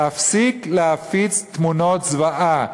להפסיק להפיץ תמונות זוועה.